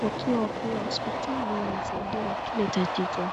wakiwa akiwa hospitali wanasaidiwa kile tatizo.